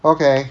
okay